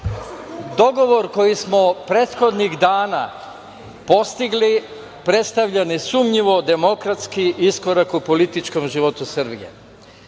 dogovor koji smo prethodnih dana postigli predstavlja nesumnjivo demokratski iskorak u političkom životu Srbije.